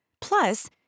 plus